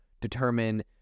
determine